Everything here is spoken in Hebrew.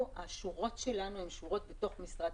השורות שלנו הן שורות בתוך משרד